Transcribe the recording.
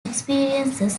experiences